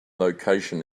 location